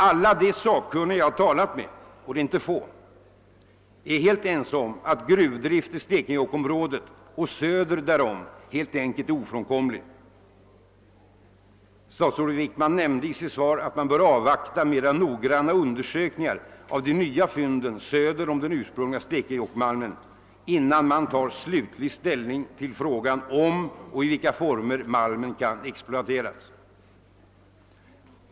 Alla de sakkunniga som jag har talat med — och de är inte få — är helt ense om att gruvdrift i Stekenjokkområdet och söder därom helt enkelt är ofrånkomlig. Statsrådet Wickman säger i sitt svar att man bör avvakta mera noggranna undersökningar av de nya fynden söder om den ursprungliga Stekenjokkmalmen »innan slutlig ställning tas till frågan om och i vilka former malmen kan exploateras».